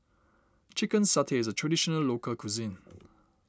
Chicken Satay is a Traditional Local Cuisine